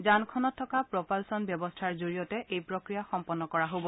যানখনত থকা প্ৰ'পালচন ব্যৱস্থাৰ জৰিয়তে এই প্ৰক্ৰিয়া সম্পন্ন কৰা হ'ব